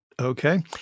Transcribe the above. Okay